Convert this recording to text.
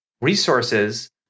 resources